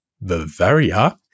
Bavaria